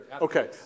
Okay